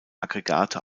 aggregate